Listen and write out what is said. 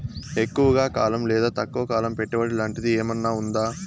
ఎక్కువగా కాలం లేదా తక్కువ కాలం పెట్టుబడి లాంటిది ఏమన్నా ఉందా